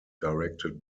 directed